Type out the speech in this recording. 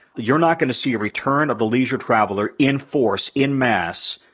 you're not gonna see a return of the leisure traveler in force, in mass,